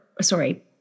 sorry